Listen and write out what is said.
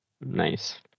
Nice